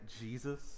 Jesus